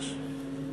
בבקשה.